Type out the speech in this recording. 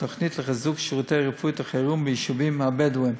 תוכנית לחיזוק שירותי רפואת החירום ביישובים הבדואיים.